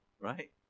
right